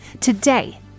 Today